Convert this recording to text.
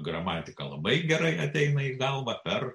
gramatika labai gerai ateina į galvą per